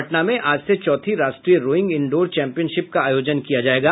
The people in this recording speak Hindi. पटना में आज से चौथी राष्ट्रीय रोइंग इंडोर चैंपियनशिप का आयोजन किया जायेगा